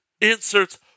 inserts